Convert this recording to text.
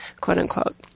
quote-unquote